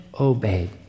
obeyed